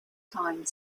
time